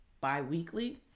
bi-weekly